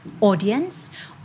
audience